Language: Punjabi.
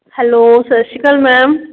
ਹੈਲੋ ਸਤਿ ਸ਼੍ਰੀ ਅਕਾਲ ਮੈਮ